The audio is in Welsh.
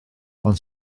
ond